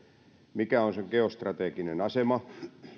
mikä on sen geostrateginen asema